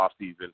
offseason